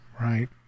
Right